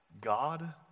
God